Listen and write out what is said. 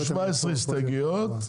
יש לי פה 17 הסתייגויות,